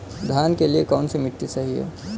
धान के लिए कौन सी मिट्टी सही है?